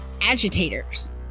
agitators